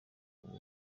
kumpa